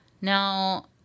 Now